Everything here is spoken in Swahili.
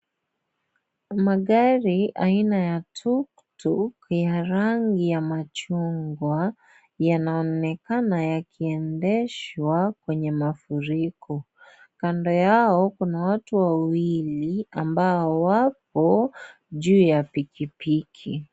Magari aina ya tuktuk ya rangi ya machungwa yanaonekana yakiendeshwa kwenye mafuriko. Kando yao kuna watu wawili ambao wapo juu ya pikipiki.